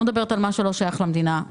ואני לא מדברת על מה שלא שייך למדינה.